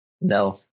No